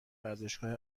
ورزشگاه